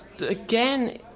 Again